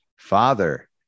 Father